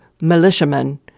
militiamen